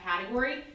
category